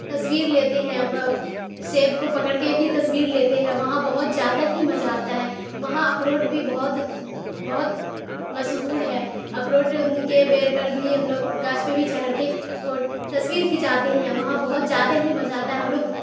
تصویر لیتے ہیں سیب کو پکڑ کے بھی تصویر لیتے ہیں وہاں بہت زیادہ ہی مزہ آتا ہے وہاں اخروٹ بھی بہت بہت مشہور ہے اخروٹ کے پیڈ پر بھی ہم لوگ گاچھ پہ بھی چڑھ کے تصویر کھچاتے ہیں وہاں بہت زیادہ ہی مزہ آتا ہے ہم لوگ